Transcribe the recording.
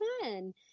fun